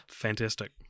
fantastic